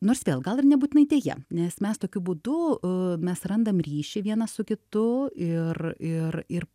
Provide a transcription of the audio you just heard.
nors vėl gal ir nebūtinai deja nes mes tokiu būdu mes randam ryšį vienas su kitu ir ir ir